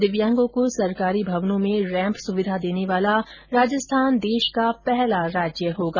दिव्यांगों को सरकारी भवनों में रैम्प सुविधा देने वाला राजस्थान देश का पहला राज्य होगा